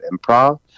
improv